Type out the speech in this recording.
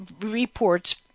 reports